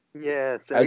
Yes